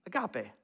Agape